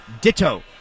Ditto